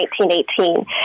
1918